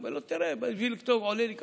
אומר לו: תראה, עולה לי ככה.